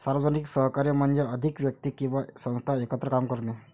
सार्वजनिक सहकार्य म्हणजे अधिक व्यक्ती किंवा संस्था एकत्र काम करणे